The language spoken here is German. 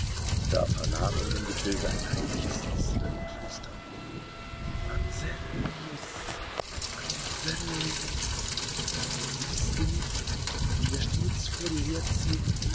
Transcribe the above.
da vernahm er in dem getöse ein heimliches lispeln und flüstern anselmus anselmus siehst du nicht wie wir stets vor dir herziehen